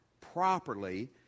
properly